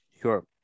sure